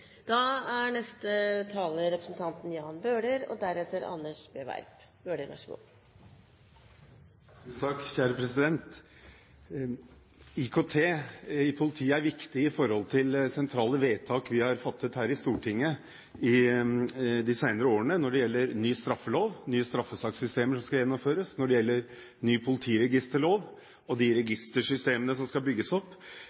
Da har representanten Morten Ørsal Johansen tatt opp det forslaget som han sånn noenlunde har referert til. IKT i politiet er viktig for sentrale vedtak vi har fattet her i Stortinget de senere årene når det gjelder ny straffelov og nye straffesakssystemer som skal gjennomføres, når det gjelder ny politiregisterlov og de